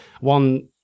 one